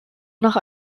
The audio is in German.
nach